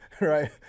right